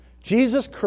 Jesus